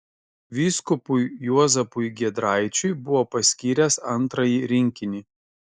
vyskupui juozapui giedraičiui buvo paskyręs antrąjį rinkinį